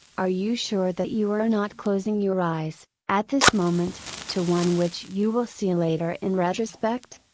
are you sure that you are not closing your eyes, at this moment, to one which you will see later in retrospect?